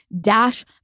Dash